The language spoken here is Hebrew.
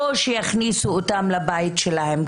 או שיכניסו אותם לבית שלהם,